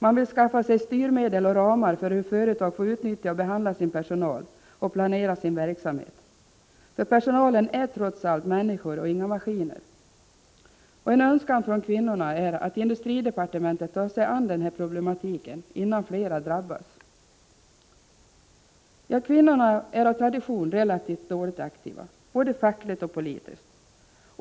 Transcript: Man vill skaffa sig styrmedel och ramar för hur företag får utnyttja och behandla sin personal och planera sin verksamhet. Personalen är trots allt människor och inga maskiner. En önskan från kvinnorna är att industridepartementet tar sig an den problematiken innan flera drabbas. Kvinnor är av tradition relativt dåligt aktiva, både fackligt och politiskt.